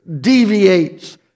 deviates